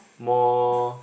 more